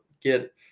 get